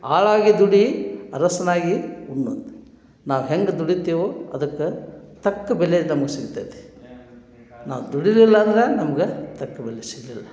ಆಳಾಗಿ ದುಡಿ ಅರಸನಾಗಿ ಉಣ್ಣು ನಾವು ಹೆಂಗೆ ದುಡಿತೀವೋ ಅದಕ್ಕೆ ತಕ್ಕ ಬೆಲೆ ನಮ್ಗೆ ಸಿಗ್ತೈತಿ ನಾವು ದುಡಿಲಿಲ್ಲ ಅಂದ್ರೆ ನಮ್ಗೆ ತಕ್ಕ ಬೆಲೆ ಸಿಗಲಿಲ್ಲ